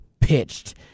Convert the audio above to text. pitched